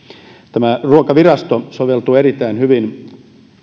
tämä ruokavirasto soveltuu erittäin hyvin